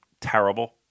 terrible